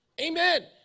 Amen